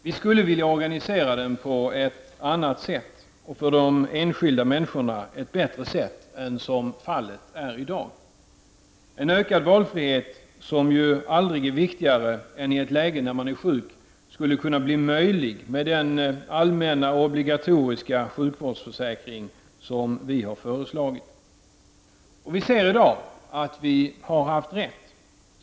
Vi skulle vilja organisera den på ett annat — och för de enskilda människorna bättre — sätt än som i dag är fallet. En ökad valfrihet, som ju aldrig är viktigare än i ett läge när man är sjuk, skulle kunna bli möjlig med den allmänna obligatoriska sjukvårdsförsäkring som vi har föreslagit. Och vi ser i dag att vi har haft rätt.